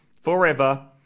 ...forever